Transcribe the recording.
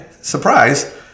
surprise